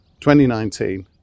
2019